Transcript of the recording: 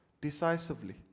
decisively